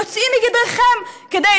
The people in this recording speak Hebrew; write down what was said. יוצאים מגדרכם כדי